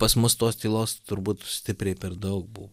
pas mus tos tylos turbūt stipriai per daug buvo